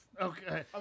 Okay